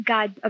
God